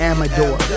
Amador